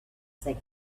they